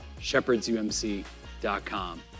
shepherdsumc.com